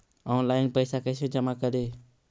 Online पैसा कैसे जमा करे?